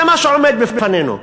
זה מה שעומד בפנינו,